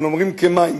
אנחנו אומרים "כמים",